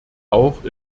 auch